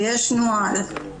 שיש נוהל,